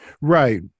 right